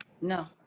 No